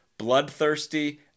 bloodthirsty